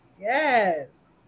Yes